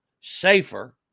safer